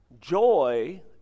Joy